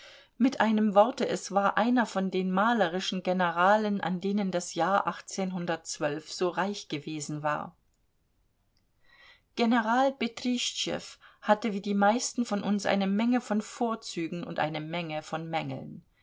mit einem worte es war einer von den malerischen generalen an denen das jahr so reich gewesen war general betrischtschew hatte wie die meisten von uns eine menge von vorzügen und eine menge von mängeln